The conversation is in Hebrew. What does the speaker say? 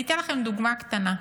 אני אתן לכם דוגמה קטנה.